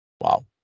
Wow